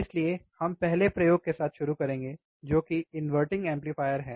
इसलिए हम पहले प्रयोग के साथ शुरू करेंगे जो कि इनवर्टिंग एम्पलीफायर है